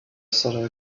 sudden